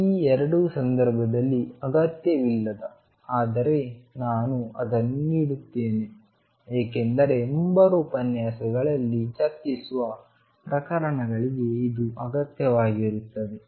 ಈ ವಿಧಾನ 2 ಸಂದರ್ಭದಲ್ಲಿ ಅಗತ್ಯವಿಲ್ಲದ ಆದರೆ ನಾನು ಅದನ್ನು ನೀಡುತ್ತಿದ್ದೇನೆ ಏಕೆಂದರೆ ಮುಂಬರುವ ಉಪನ್ಯಾಸಗಳಲ್ಲಿ ಚರ್ಚಿಸುವ ಪ್ರಕರಣಗಳಿಗೆ ಇದು ಅಗತ್ಯವಾಗಿರುತ್ತದೆ